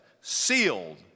sealed